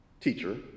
teacher